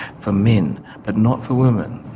for men but not for women.